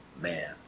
man